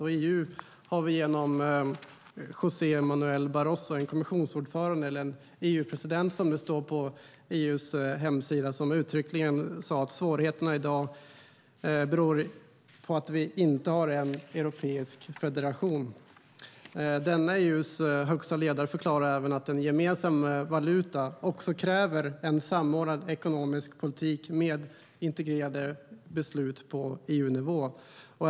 Och i EU har vi genom José Manuel Barroso en kommissionsordförande - eller en EU-president, som det står på EU:s hemsida - som uttryckligen har sagt att svårigheterna i dag beror på att vi inte har en europeisk federation. Denne EU:s högsta ledare har även förklarat att en gemensam valuta kräver en samordnad ekonomisk politik med integrerade beslut på EU-nivå.